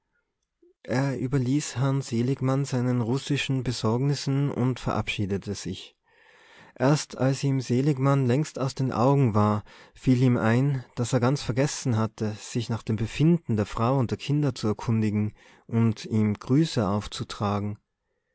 er überließ herrn seligmann seinen russischen besorgnissen und verabschiedete sich erst als ihm seligmann längst aus den augen war fiel ihm ein daß er ganz vergessen hatte sich nach dem befinden der frau und der kinder zu erkundigen und ihm grüße aufzutragen